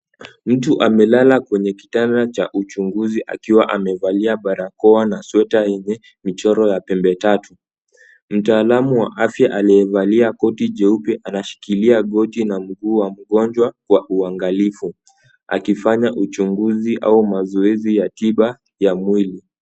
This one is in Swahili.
Mtu amelala kwenye kitanda cha uchunguzi akiwa amevalia barakoa na sweta yenye michoro ya pembe tatu. Mtaalamu wa afya aliyevalia koti jeupe, anashikilia goti la mguu wa mgonjwa kwa uangalifu, akifanya uchunguzi au mazoezi ya tiba ya mwili.